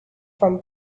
from